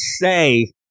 say